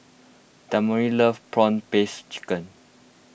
Demario loves Prawn Paste Chicken